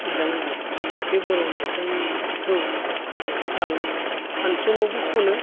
मोजां मोनो बे बर' मेथाइखौ आं फांसनावबो खनो